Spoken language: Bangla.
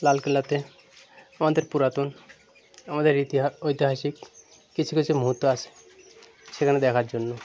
লাল কেল্লাতে আমাদের পুরাতন আমাদের ইতিহাস ঐতিহাসিক কিছু কিছু মুহুর্ত আসে সেখানে দেখার জন্য